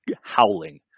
howling